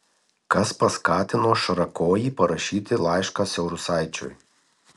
kas paskatino šarakojį parašyti laišką saurusaičiui